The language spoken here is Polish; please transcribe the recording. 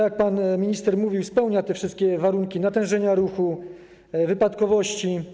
Jak pan minister mówił, spełnia wszystkie warunki natężenia ruchu, wypadkowości.